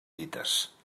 dites